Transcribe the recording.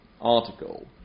article